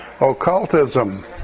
occultism